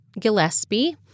Gillespie